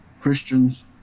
Christians